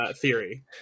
theory